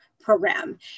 program